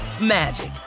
magic